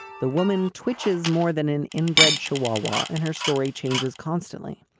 the woman twitches more than an inbred chihuahua in her story, changes constantly.